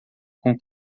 com